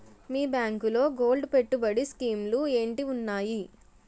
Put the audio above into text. మీ బ్యాంకులో గోల్డ్ పెట్టుబడి స్కీం లు ఏంటి వున్నాయి?